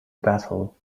battle